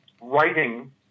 writing